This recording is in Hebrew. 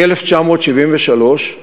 מ-1973,